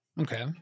Okay